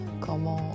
comment